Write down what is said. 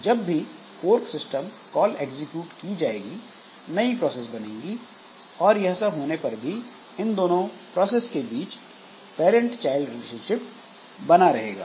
जब भी fork system call execute की जाएगी नई प्रोसेस बनेंगी और यह सब होने पर भी इन दोनों प्रोसेस के बीच पैरंट चाइल्ड रिलेशनशिप बना रहेगा